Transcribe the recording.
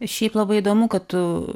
šiaip labai įdomu kad tu